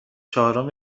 چهارم